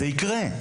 זה יקרה.